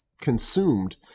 consumed